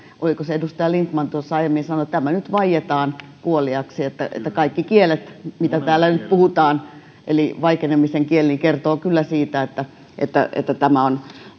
oliko se edustaja lindtman joka tuossa aiemmin sanoi että tämä nyt vaietaan kuoliaaksi että kaikki kielet mitä täällä nyt puhutaan eli vaikenemisen kieli kertoo kyllä siitä että että tämä on